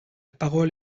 parole